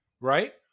right